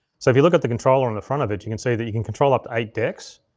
so if you look at the controller on the front of it, you can see that you can control up to eight decks.